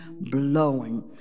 blowing